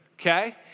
Okay